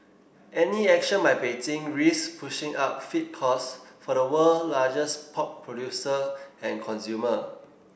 any action by Beijing risks pushing up feed costs for the world largest pork producer and consumer